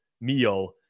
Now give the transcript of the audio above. meal